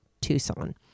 Tucson